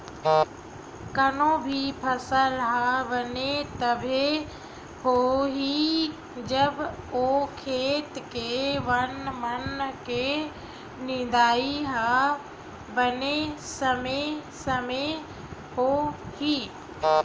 कोनो भी फसल ह बने तभे होही जब ओ खेत के बन मन के निंदई ह बने समे समे होही